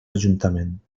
ajuntament